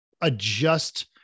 adjust